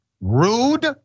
rude